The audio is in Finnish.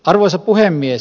arvoisa puhemies